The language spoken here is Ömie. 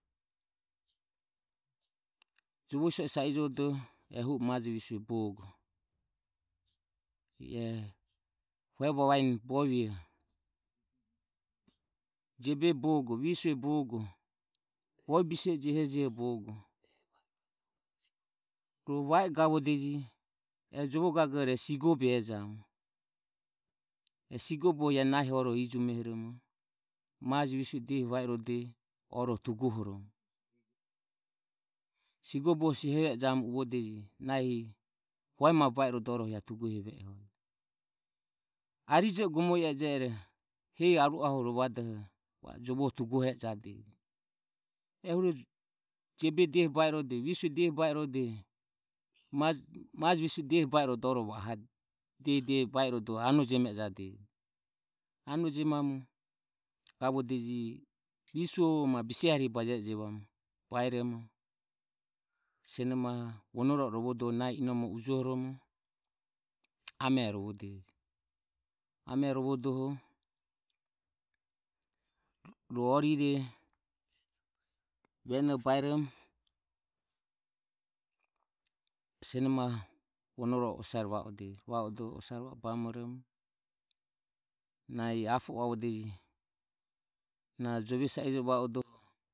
E jovo siso e sa ijovodo ro ehu o maje visue bogo iae hue mae bogo jiobe bogo visue bogo bovie bise e jehejeho bogo rohu va i gavodeje. E jovo gagore sigobe e jamu e sigoboho nahi oroho ijumehoromo majo visue diehi va i rodoho oroho tugohoromo sigoboho seheve e jamu uvodeje hue mae ba i rodoho tugoheve e jamu aroijo o gomo ie ero hesi aru ahe rovadoho jovoho tugohe e jadeje ehuro jebe diehi ba irode visue dehi ba i rode majo visue dehi ba irode oroho va o anojemadeje. Anojemamu gavodeje visuho ma bise harihe bajeve ejamu bairomo sionomaho vonoro oromo rovodoho nahi inomoho ujohoromo amero rovodeje. Amero rovodoho ro orire venoho baeromo sionomaho osare va odeje. Osare va odoho nahi apo uavodeje na jove sa ijovo i va odoho.